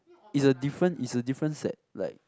is a different is a different set like